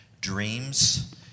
dreams